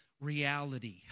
reality